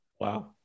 Wow